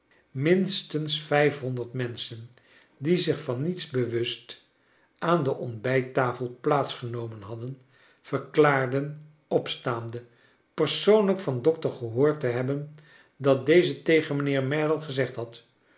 minstens vijfhonderd menschen die zich van niets bewust aaji de ont bij c tafel p'aats genomen hadden verklaarden opstaande persoonlijk van dokter gehoord te hebben dat deze tegen mijnheer merdle gezegd had